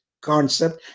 concept